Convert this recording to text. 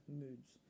moods